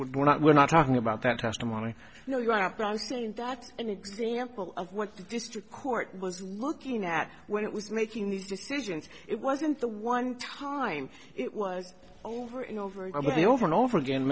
what we're not we're not talking about that testimony you know you are wrong saying that an example of what the district court was looking at when it was making these decisions it wasn't the one time it was over and over again